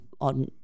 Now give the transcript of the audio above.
on